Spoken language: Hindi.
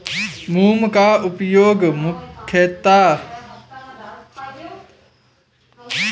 मोम का उपयोग मुख्यतः छत्ते के आधार या नीव की चादर बनाने के लिए किया जाता है